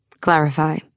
Clarify